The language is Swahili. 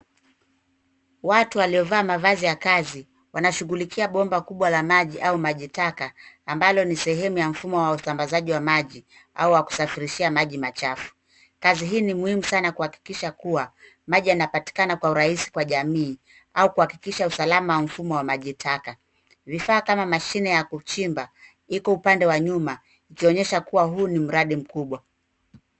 Watu waliovaa mavazi ya kazi, wanashughulikia bomba kubwa la maji au maji taka ambalo ni sehemu ya mfumo wa usambasaji wa maji au wa kusafirishia maji machafu. Kazi hii ni muhimu sana kuakikisha kuwa maji yanapatikana kwa urahisi kwa jamii au kuhakikisha usalama wa mfumo wa maji taka. Vifaa kama mashine ya kuchimba, iko upande wa nyuma ikionyesha kuwa huu ni mradi mkubwa.